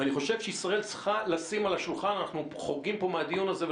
ואני חושב שישראל צריכה לשים על השולחן אנחנו חורגים פה מהדיון הזה,